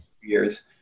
years